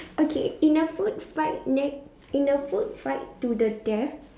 okay in a food fight ne~ in the food fight to the death